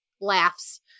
laughs